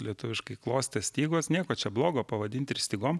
lietuviškai klostės stygos nieko čia blogo pavadint ir stygom